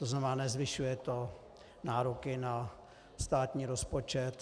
To znamená, nezvyšuje to nároky na státní rozpočet.